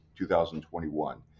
2021